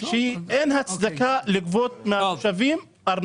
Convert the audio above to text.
שאין בהם הצדקה לגביית ארנונה מהתושבים.